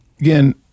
again